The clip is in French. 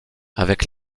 avec